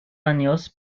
años